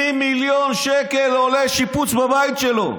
20 מיליון שקל עולה שיפוץ בבית שלו.